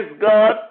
God